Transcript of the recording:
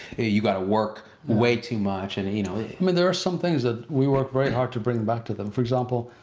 you gotta work way too much. and you know i mean there are some things that we worked very hard to bring them back to them. for example,